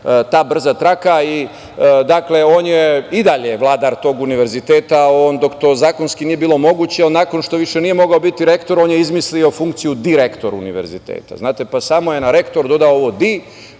ta brza traka i on je i dalje vladar tog Univerziteta. Dok to zakonski nije bilo moguće, on nakon što više nije mogao biti rektor, on je izmislio funkciju direktor univerziteta, znate, pa samo je na rektor dodao ovo „di“